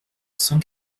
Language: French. cent